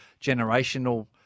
generational